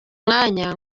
mwanya